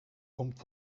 komt